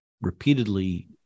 repeatedly